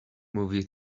movie